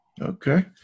Okay